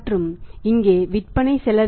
மற்றும் இங்கே விற்பனை செலவு என்ன